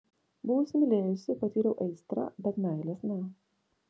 buvau įsimylėjusi patyriau aistrą bet meilės ne